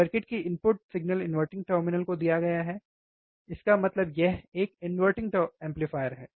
circuit कि input signal inverting terminal को दिया गया है इसका मतलब यह एक इनवर्टिंग एम्पलीफायर है